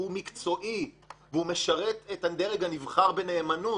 הוא מקצועי והוא משרת את הדרג הנבחר בנאמנות,